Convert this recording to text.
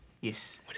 Yes